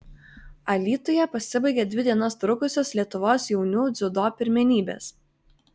alytuje pasibaigė dvi dienas trukusios lietuvos jaunių dziudo pirmenybės